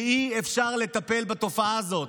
ואי-אפשר לטפל בתופעה הזאת.